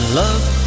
love